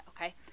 Okay